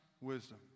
wisdom